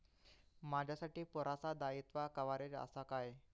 माजाकडे पुरासा दाईत्वा कव्हारेज असा काय?